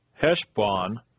Heshbon